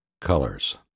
Colors